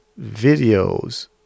videos